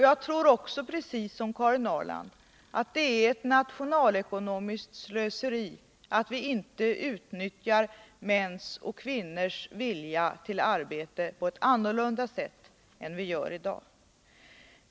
Jag tror också, precis som Karin Ahrland, att det är ett nationalekonomiskt slöseri att vi inte utnyttjar mäns och kvinnors vilja till arbete på ett annorlunda sätt än vi gör i dag.